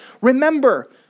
Remember